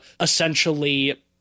essentially